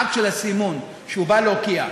האקט של הסימון, שבא להוקיע.